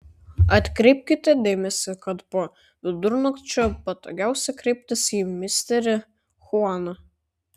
atkreipkite dėmesį kad po vidurnakčio patogiausia kreiptis į misterį chuaną